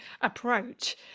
approach